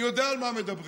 אני יודע על מה מדברים.